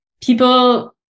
People